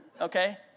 Okay